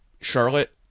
Charlotte